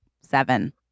seven